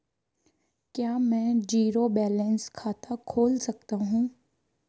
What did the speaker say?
क्या मैं zero balance खाता खोल सकता हूँ?